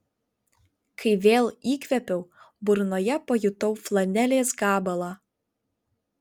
kai vėl įkvėpiau burnoje pajutau flanelės gabalą